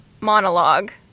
monologue